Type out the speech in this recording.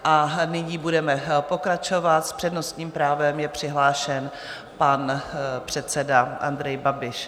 A nyní budeme pokračovat, s přednostním právem je přihlášen pan předseda Andrej Babiš.